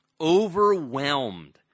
overwhelmed